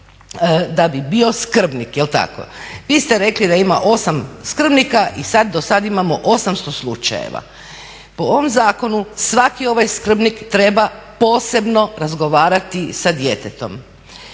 da bi bio skrbnik jel' tako. Vi ste rekli da ima 8 skrbnika i dosad imamo 800 slučajeva. Po ovom zakonu svaki ovaj skrbnik treba posebno razgovarati sa djetetom.